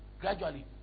Gradually